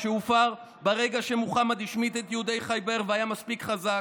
שהופר ברגע שמוחמד השמיד את יהודי ח'ייבר והיה מספיק חזק.